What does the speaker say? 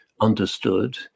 understood